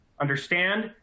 understand